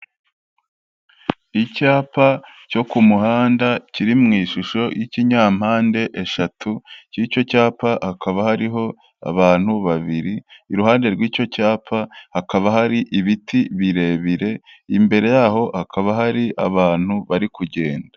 Icyapa cyo ku muhanda kiri mu ishusho y'ikinyampande eshatu kuri icyo cyapa hakaba hariho abantu babiri, iruhande rw'icyo cyapa hakaba hari ibiti birebire, imbere yaho hakaba hari abantu bari kugenda.